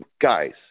guys